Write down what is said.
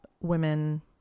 women